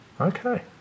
Okay